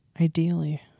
Ideally